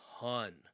Ton